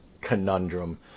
conundrum